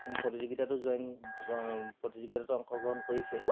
প্ৰতিযোগিতাতো জইন প্ৰতিযোগিতাতো অংশগ্ৰহণ কৰিছে